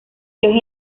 los